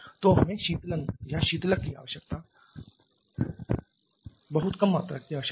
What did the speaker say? तो हमें शीतलन आवश्यकता या शीतलक आवश्यकता की बहुत कम मात्रा की आवश्यकता है